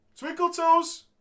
TwinkleToes